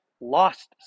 lost